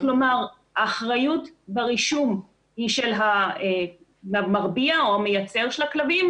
כלומר אחריות ברישום היא של המרביע או המייצר של הכלבים,